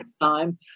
time